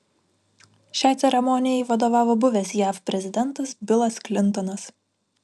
šiai ceremonijai vadovavo buvęs jav prezidentas bilas klintonas